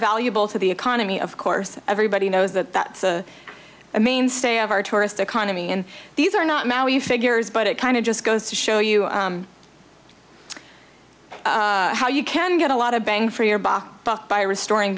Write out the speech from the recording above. valuable to the economy of course everybody knows that that's a mainstay of our tourist economy and these are not valued figures but it kind of just goes to show you how you can get a lot of bang for your buck buck by restoring